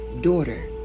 Daughter